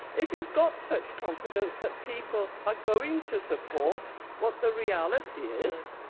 if you've got such confidence that people are going to support what the reality is,